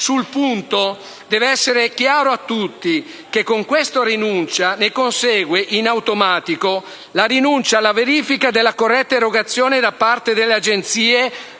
Sul punto deve essere chiaro a tutti che da questa rinuncia consegue in automatico la rinuncia alla verifica della corretta erogazione da parte delle Agenzie